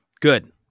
Good